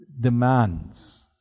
demands